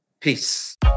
Peace